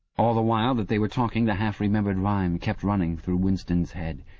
all the while that they were talking the half-remembered rhyme kept running through winston's head.